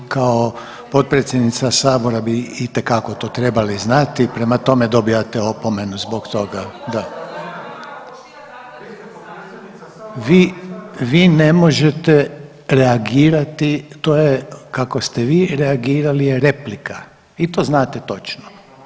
Kao potpredsjednica Sabora bi to itekako trebali znati, prema tome dobivate opomenu zbog toga. … [[Upadica Sabina Glasovac, ne razumije se.]] Vi ne možete reagirati, to je kako ste vi reagirali je replika i to znate točno.